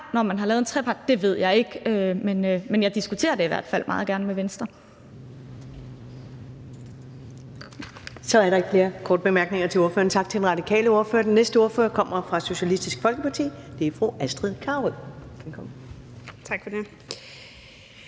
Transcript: når man har lavet en trepartsaftale, ved jeg ikke, men jeg diskuterer det i hvert fald meget gerne med Venstre.